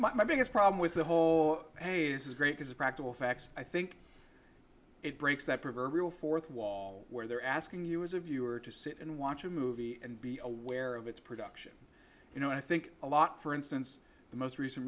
my biggest problem with the whole area is great as a practical fact i think it breaks that proverbial fourth wall where they're asking you as a viewer to sit and watch a movie and be aware of its production you know i think a lot for instance the most recent